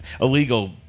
illegal